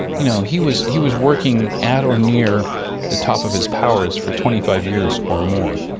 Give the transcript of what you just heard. you know he was he was working at or near the top of his powers for twenty five years or more,